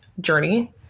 journey